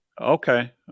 Okay